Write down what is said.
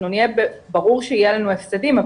ברור שיהיו לנו הפסדים,